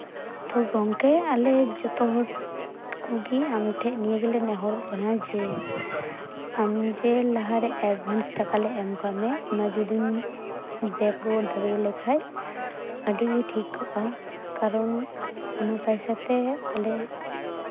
ᱛᱳ ᱜᱚᱢᱠᱮ ᱟᱞᱮ ᱡᱚᱛᱚᱦᱚᱲ ᱠᱚᱜᱮ ᱟᱢ ᱴᱷᱮᱡ ᱱᱤᱭᱟᱹ ᱜᱮᱞᱮ ᱱᱮᱦᱚᱨᱚᱜ ᱠᱟᱱᱟ ᱡᱮ ᱟᱢ ᱡᱮ ᱞᱟᱦᱟᱨᱮ ᱮᱰᱵᱷᱟᱱᱥ ᱴᱟᱠᱟᱞᱮ ᱮᱢ ᱟᱠᱟᱜ ᱢᱮᱭᱟ ᱚᱱᱟ ᱡᱩᱫᱤᱢ ᱵᱮᱠ ᱨᱩᱣᱟᱹᱲ ᱫᱟᱲᱮᱭᱟᱞᱮ ᱠᱷᱟᱡ ᱟᱹᱰᱤᱜᱮ ᱴᱷᱤᱠ ᱠᱚᱜᱼᱟ ᱠᱟᱨᱚᱱ ᱚᱱᱟ ᱯᱚᱭᱥᱟᱛᱮ ᱟᱞᱮ